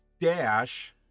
dash